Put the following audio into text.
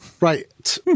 Right